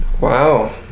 Wow